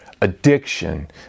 addiction